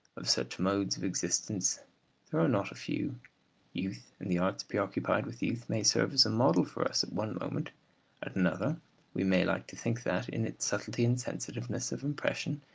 of such modes of existence there are not a few youth and the arts preoccupied with youth may serve as a model for us at one moment at another we may like to think that, in its subtlety and sensitiveness of impression,